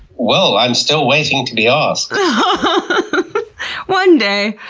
well, i'm still waiting to be asked! but one day,